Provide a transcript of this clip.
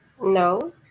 no